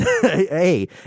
Hey